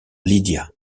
lydia